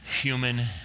human